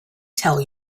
tell